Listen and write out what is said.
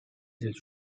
del